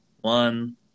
one